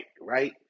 right